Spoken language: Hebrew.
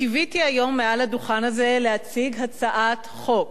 קיוויתי היום מעל הדוכן הזה להציג הצעת חוק,